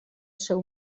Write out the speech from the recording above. seu